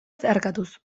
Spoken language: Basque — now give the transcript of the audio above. zeharkatuz